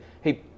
hey